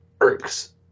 irks